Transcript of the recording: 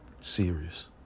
serious